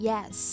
Yes